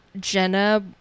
jenna